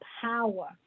power